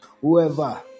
Whoever